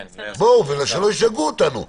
שלא ישגעו אותנו.